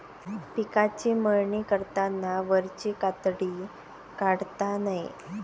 पिकाची मळणी करताना वरची कातडी काढता नये